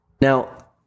Now